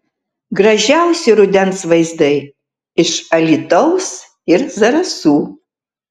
gražiausi rudens vaizdai iš alytaus ir zarasų